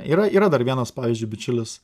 yra yra dar vienas pavyzdžiui bičiulis